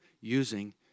using